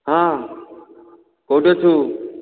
ହଁ କେଉଁଠି ଅଛୁ